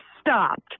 stopped